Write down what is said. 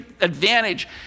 advantage